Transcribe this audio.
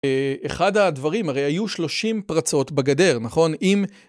אחד הדברים, הרי היו שלושים פרצות בגדר, נכון? אם